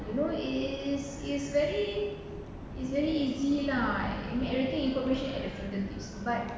you know is is very easily easy lah I mean everything you could wish accidents like